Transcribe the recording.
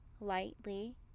lightly